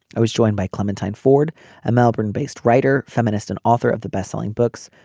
i was joined by clementine ford a melbourne based writer feminist and author of the bestselling books.